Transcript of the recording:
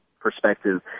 perspective